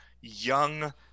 young